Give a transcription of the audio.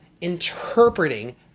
interpreting